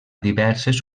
diverses